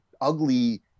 ugly